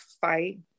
fight